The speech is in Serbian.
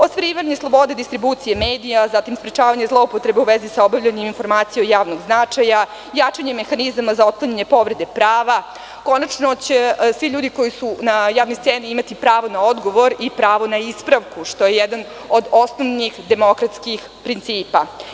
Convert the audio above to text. Ostvarivanje slobode distribucije medija, sprečavanje zloupotreba u vezi sa objavljenim informacijama od javnog značaja, jačanje mehanizma za otklanjanje povrede prava, konačno će svi ljudi koji su na javnoj sceni, imati pravo na odgovor i pravo na ispravku, što je jedan od osnovnih demokratskih principa.